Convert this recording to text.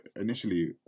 initially